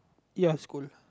ya it's cool